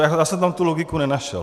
Já jsem tam tu logiku nenašel.